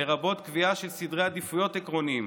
לרבות קביעה של סדרי עדיפויות עקרוניים,